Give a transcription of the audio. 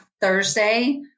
Thursday